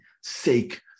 sake